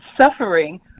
suffering